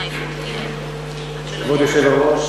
כבוד היושב-ראש,